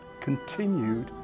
continued